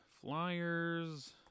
flyers